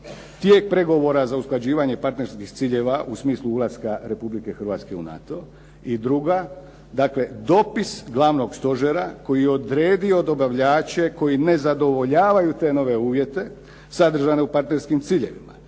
tijek pregovora za usklađivanje partnerskih ciljeva u smislu ulaska Republike Hrvatske u NATO. I druga, dakle dopis Glavnog stožera koji je odredio dobavljače koji ne zadovoljavaju te nove uvjete sadržane u partnerskim ciljevima.